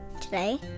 today